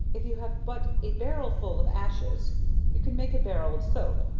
if you have but a barrel full of ashes you can make a barrel of soap,